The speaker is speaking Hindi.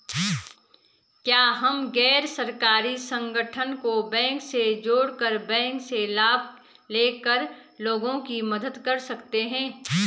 क्या हम गैर सरकारी संगठन को बैंक से जोड़ कर बैंक से लाभ ले कर लोगों की मदद कर सकते हैं?